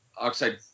oxide